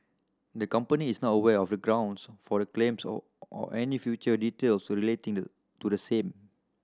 the company is not aware of the grounds for the claims or any further details relating the to the same